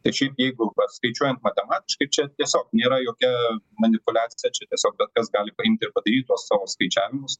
tai šiaip jeigu va skaičiuojant matematiškai čia tiesiog nėra jokia manipuliacija čia tiesiog bet kas gali paimt ir padaryt tuos savo skaičiavimus